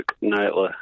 nightly